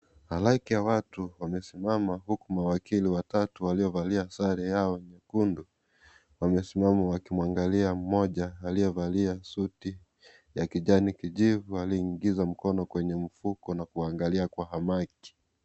Halaiki ya watu wamesimama huku mawakili watatu waliovalia sare yao nyekundu wamesimama wakimwangalia mmoja aliyevalia suti ya kijani kijivu anaingiza mkono kwenye mfuko na kuangalia kwa hamaki.